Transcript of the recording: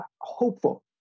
hopeful